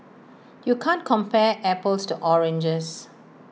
you can't compare apples to oranges